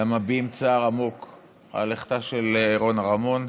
למביעים צער עמוק על לכתה של רונה רמון.